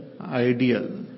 ideal